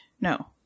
No